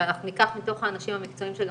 אנחנו ניקח מתוך האנשים המקצועיים שגם